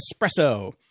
Espresso